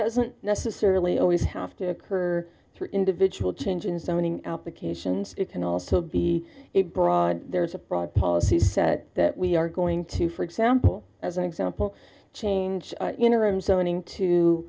doesn't necessarily always have to occur through individual change in so many applications it can also be a broad there's a broad policy set that we are going to for example as an example change interim zoning t